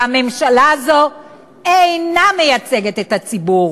והממשלה הזאת אינה מייצגת את הציבור.